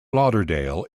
lauderdale